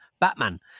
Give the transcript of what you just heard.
Batman